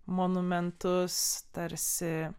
monumentus tarsi